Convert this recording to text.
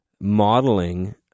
modeling